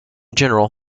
general